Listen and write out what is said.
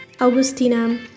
Augustina